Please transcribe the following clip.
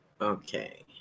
Okay